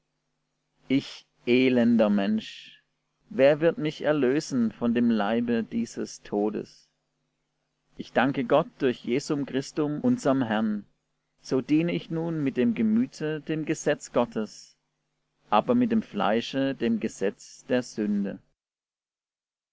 ich elender mensch wer wird mich erlösen von dem leibe dieses todes ich danke gott durch jesum christum unserm herrn so diene ich nun mit dem gemüte dem gesetz gottes aber mit dem fleische dem gesetz der sünde